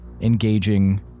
engaging